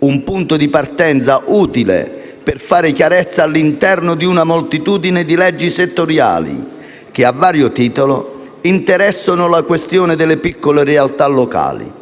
un punto di partenza utile per fare chiarezza all'interno di una moltitudine di leggi settoriali che, a vario titolo, interessano le piccole realtà locali.